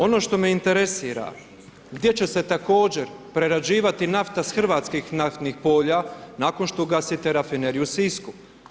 Ono što me interesira, gdje će se također prerađivati nafta s hrvatskih naftnih polja nakon što ugasite Rafineriju u Sisku.